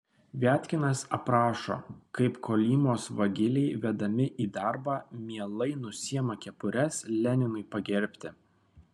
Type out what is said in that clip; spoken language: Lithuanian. viatkinas aprašo kaip kolymos vagiliai vedami į darbą mielai nusiima kepures leninui pagerbti